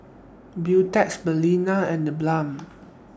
Beautex Balina and TheBalm